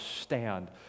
stand